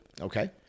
Okay